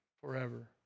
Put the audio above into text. forever